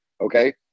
okay